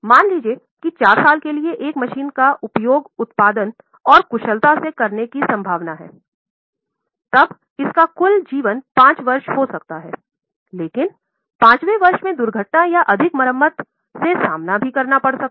मान लीजिए कि 4 साल के लिए एक मशीन का उपयोग उतपादन और कुश्लता से करने की संभावना है तब इसका कुल जीवन 5 वर्ष हो सकता है लेकिन 5 वें वर्ष में दुर्घटनाओं या अधिक मरम्मत से सामना करना पड़ता है